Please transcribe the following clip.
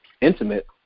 intimate